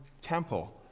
temple